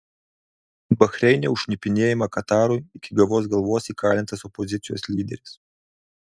bahreine už šnipinėjimą katarui iki gyvos galvos įkalintas opozicijos lyderis